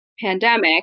pandemic